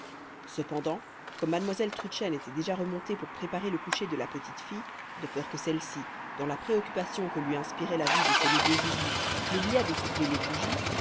cependant comme mademoiselle trudchen était déjà remontée pour préparer le coucher de la petite fille de peur que celle-ci dans la préoccupation que lui inspirait la vue de ses nouveaux joujoux n'oubliât de souffler les bougies